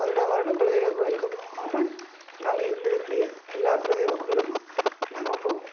வருட வருடம் குலதெய்வக்கோயிலுக்கு போகாம நாங்கள் இருந்ததே கிடையாது எல்லா குலதெய்வக்கோயிலுக்கும் நாங்கள் போவோம்